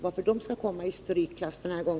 Varför skall de sättas i strykklass denna gång?